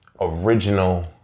original